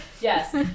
Yes